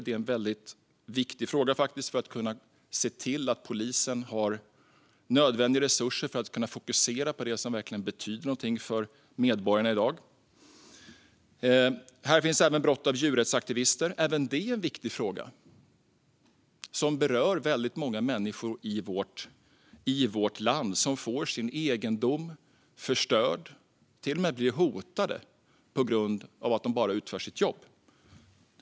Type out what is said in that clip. Det är en väldigt viktig fråga för att man ska kunna se till att polisen har nödvändiga resurser för att kunna fokusera på det som verkligen betyder någonting för medborgarna i dag. Det handlar om brott av djurrättsaktivister. Även det är en viktig fråga som berör väldigt många människor i vårt land, som får sin egendom förstörd och som till och med blir hotade bara på grund av att de utför sitt jobb.